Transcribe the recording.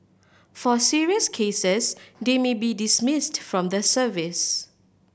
for serious cases they may be dismissed from the service